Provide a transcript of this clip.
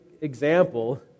example